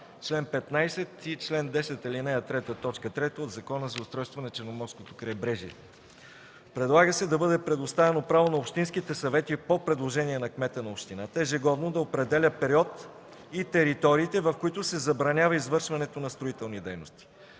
чл. 15 и чл. 10, ал. 3, т. 3 от Закона за устройство на Черноморското крайбрежие. Предлага се да бъде предоставено право на общинските съвети по предложение на кмета на общината ежегодно да определя периода и териториите, в които се забранява извършването на строителни дейности.